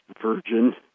virgin